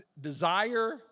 desire